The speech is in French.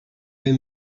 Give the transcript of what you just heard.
vais